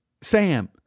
Sam